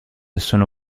sono